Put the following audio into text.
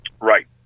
Right